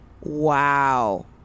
Wow